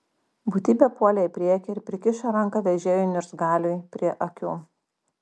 būtybė puolė į priekį ir prikišo ranką vežėjui niurzgaliui prie akių